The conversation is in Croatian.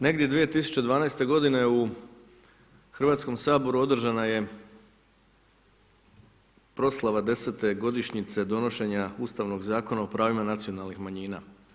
Negdje 2012. godine u Hrvatskom saboru održana je proslava 10. godišnjice donošenja Ustavnog zakona o pravima nacionalnih manjina.